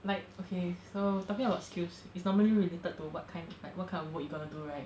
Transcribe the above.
like okay so talking about skills it's normally related to what kind what kind of work you gonna do right